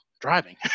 driving